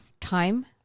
time